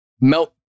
Melt